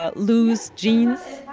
ah loose jeans